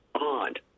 odd